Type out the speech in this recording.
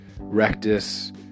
rectus